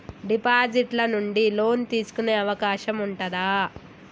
Deposit ల నుండి loan తీసుకునే అవకాశం ఉంటదా?